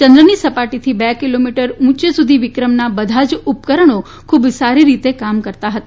ચંદ્રની સપાટીથી બે કિલોમીટર ઉંચે સુધી વિક્રમના બધા જ ઉપકરણો ખુબ સારી રીતે કામ કરતાં હતા